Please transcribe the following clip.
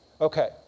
Okay